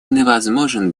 невозможен